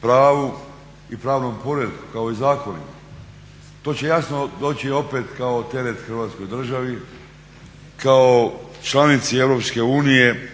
pravu i pravnom poretku, kao i zakonima. To će jasno doći opet kao teret Hrvatskoj državi kao članici Europske unije